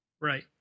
Right